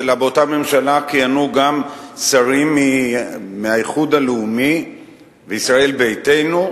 אלא באותה ממשלה כיהנו גם שרים מהאיחוד הלאומי וישראל ביתנו,